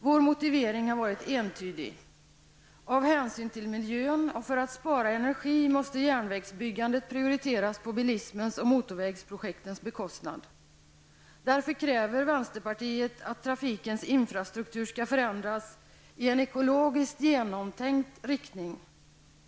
Vår motivering har varit entydig: Av hänsyn till miljön och för att spara energi måste järnvägsbyggandet prioriteras på bilismens och motorvägsprojektens bekostnad. Därför kräver vänsterpartiet att trafikens infrastruktur skall förändras i en ekologiskt genomtänkt riktning.